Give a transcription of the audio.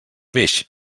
peix